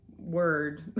word